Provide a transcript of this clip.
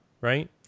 right